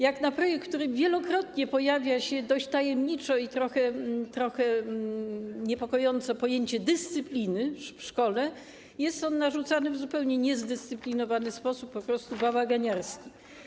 Jak na projekt, w którym wielokrotnie pojawia się dość tajemniczo i trochę niepokojąco pojęcie dyscypliny w szkole, jest on narzucany w zupełnie niezdyscyplinowany sposób, po prostu bałaganiarski.